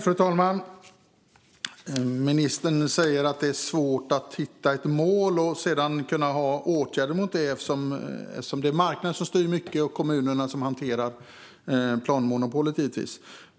Fru talman! Ministern säger att det är svårt att sätta upp ett mål och sedan vidta åtgärder för att nå det eftersom det är marknaden som styr mycket och kommunerna som hanterar planmonopolet.